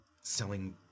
selling